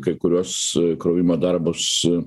kai kuriuos krovimo darbus